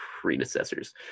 predecessors